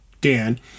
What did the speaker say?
Dan